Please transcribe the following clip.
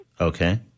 Okay